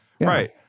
Right